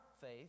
faith